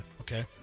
Okay